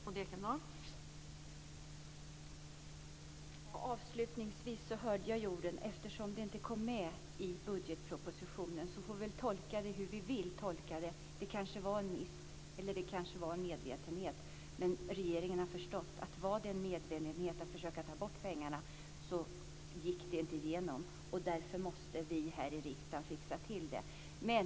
Fru talman! Det som socialministern sade avslutningsvis om att detta inte kom med i budgetpropositionen får vi väl tolka hur vi vill. Det kanske var en miss, eller också var det medvetet. Men regeringen har förstått att om det var ett medvetet försök att ta bort pengarna gick det inte igenom. Därför måste vi här i riksdagen fixa till det.